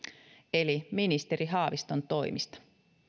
eli ministeri haaviston toimista